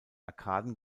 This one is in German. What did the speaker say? arkaden